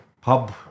pub